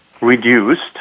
reduced